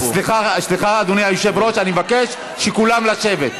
סליחה, אדוני היושב-ראש, אני מבקש מכולם לשבת.